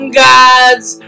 gods